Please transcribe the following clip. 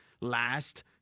last